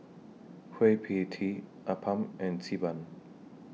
Kueh PIE Tee Appam and Xi Ban